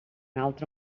altre